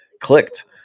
clicked